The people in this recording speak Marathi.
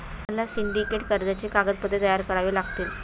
मला सिंडिकेट कर्जाची कागदपत्रे तयार करावी लागतील